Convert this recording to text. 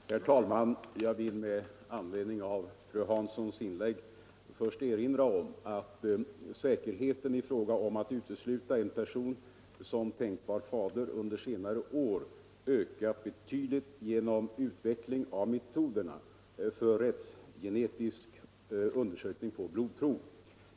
Herr talman! Jag vill med anledning av fru Hanssons inlägg först erinra om att säkerheten i fråga om att utesluta en person som tänkbar fader under senare år ökat betydligt genom utveckling av metoderna för rättsgenetisk undersökning på blodprov.